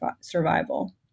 survival